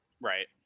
Right